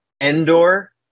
Endor